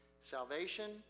Salvation